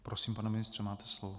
Prosím, pane ministře, máte slovo.